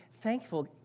thankful